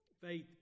Faith